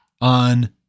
on